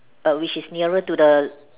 err which is nearer to the